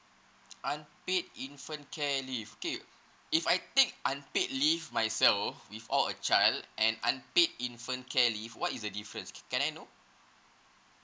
unpaid infant care leave okay if I take unpaid leave myself with all a child and unpaid infant care leave what is the difference can I know